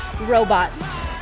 robots